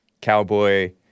Cowboy